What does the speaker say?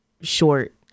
short